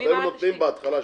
בהתחלה,